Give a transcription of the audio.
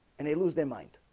and they lose their mind